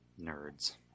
Nerds